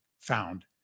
found